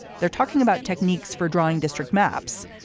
they're talking about techniques for drawing district maps,